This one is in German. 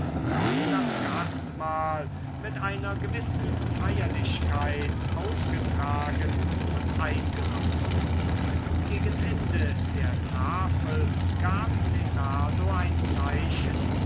und das gastmahl mit einer gewissen feierlichkeit aufgetragen und eingenommen gegen ende der tafel gab lenardo ein zeichen